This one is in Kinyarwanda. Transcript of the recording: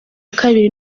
kabiri